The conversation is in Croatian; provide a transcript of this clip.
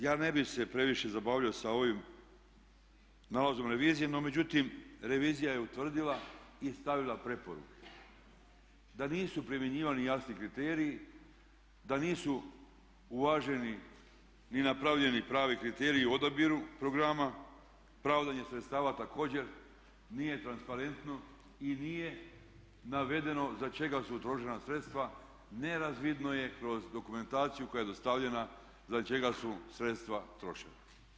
Ja ne bih se previše zabavljao sa ovim nalazom revizije no međutim revizija je utvrdila i stavila preporuke da nisu primjenjivani jasni kriteriji, da nisu uvaženi ni napravljeni pravi kriteriji o odabiru programa, pravdanje sredstava također nije transparentno i nije navedeno za čega su trošena sredstva, nerazvidno je kroz dokumentaciju koja je dostavljena za čega su sredstva trošena.